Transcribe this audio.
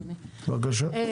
בבקשה.